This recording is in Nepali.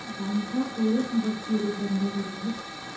भान्साको बत्तीहरू बन्द गर्नुहोस्